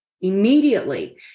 immediately